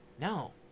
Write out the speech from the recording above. no